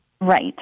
Right